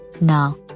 Now